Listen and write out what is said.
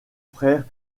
frère